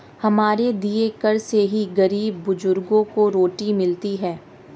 हमारे दिए कर से ही गरीब बुजुर्गों को रोटी मिलती है